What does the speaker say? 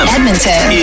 Edmonton